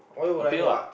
appeal